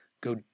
go